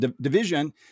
division